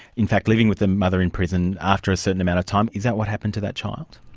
in fact, living with the mother in prison after a certain amount of time, is that what happened to that child?